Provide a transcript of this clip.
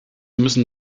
müssen